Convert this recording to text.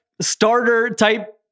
starter-type